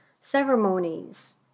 ceremonies